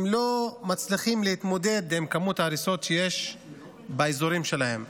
הם לא מצליחים להתמודד עם כמות ההריסות שיש באזורים שלהם.